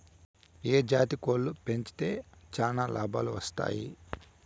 ఏ జాతి కోళ్లు పెంచితే చానా లాభాలు వస్తాయి?